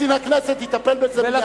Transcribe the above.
קצין הכנסת יטפל בזה.